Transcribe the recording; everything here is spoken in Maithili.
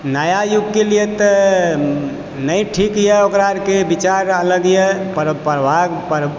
नया युगके लिए तऽ नहि ठीक यऽ ओकरा आरके विचार अलग यऽ परम्परा अलग